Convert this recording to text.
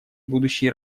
будущей